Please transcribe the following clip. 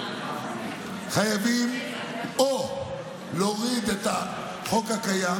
חייבים או להוריד את החוק הקיים,